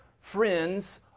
friends